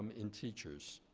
in teachers.